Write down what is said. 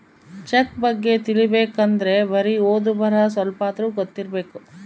check ಬಗ್ಗೆ ತಿಲಿಬೇಕ್ ಅಂದ್ರೆ ಬರಿ ಓದು ಬರಹ ಸ್ವಲ್ಪಾದ್ರೂ ಗೊತ್ತಿರಬೇಕು